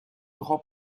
grand